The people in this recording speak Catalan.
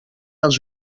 als